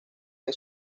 que